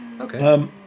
Okay